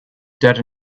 dirt